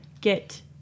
get